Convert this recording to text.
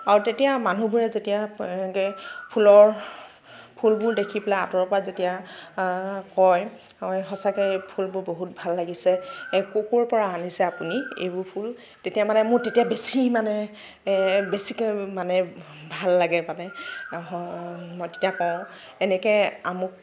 আৰু তেতিয়া মানুহবোৰে যেতিয়া এনেকৈ ফুলৰ ফুলবোৰ দেখি পেলাই আঁতৰৰ পৰা যেতিয়া কয় সঁচাকৈ ফুলবোৰ বহুত ভাল লাগিছে ক'ৰ ক'ৰ পৰা আনিছে আপুনি এইবোৰ ফুল তেতিয়া মানে মোৰ তেতিয়া বেছি মানে বেছিকৈ মানে ভা ভাল লাগে মানে মই তেতিয়া কওঁ এনেকৈ অমুক